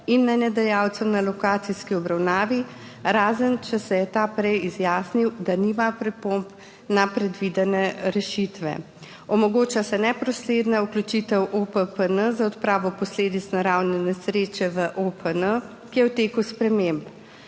in mnenjedajalcev na lokacijski obravnavi razen, če se je ta prej izjasnil, da nima pripomb na predvidene rešitve. Omogoča se neposredna vključitev OPPN za odpravo posledic naravne nesreče v OPN, ki je v teku sprememb.